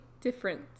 different